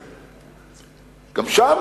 גם שם